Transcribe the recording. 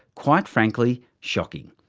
quite frankly, shocking.